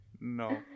no